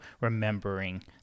remembering